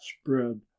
spread